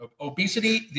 Obesity